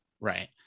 Right